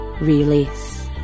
release